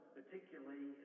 particularly